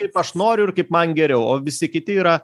kaip aš noriu ir kaip man geriau o visi kiti yra